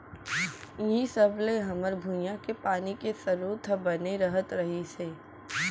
इहीं सब ले हमर भुंइया के पानी के सरोत ह बने रहत रहिस हे